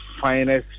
finest